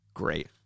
Great